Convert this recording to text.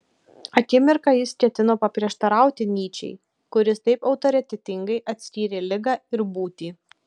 akimirką jis ketino paprieštarauti nyčei kuris taip autoritetingai atskyrė ligą ir būtį